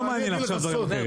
לא מעניין עכשיו דברים אחרים.